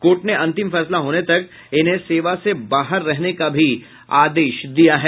court ने अंतिम फैसला होने तक इन्हें सेवा से बाहर रहने का भी आदेश दिया है